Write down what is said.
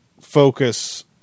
focus